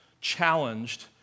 challenged